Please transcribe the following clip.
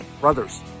Brothers